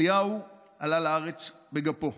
אליהו עלה לארץ בגפו,